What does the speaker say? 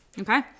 okay